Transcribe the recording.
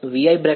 હા